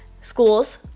schools